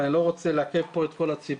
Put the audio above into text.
אני לא רוצה לעכב פה את כל הציבור,